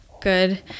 Good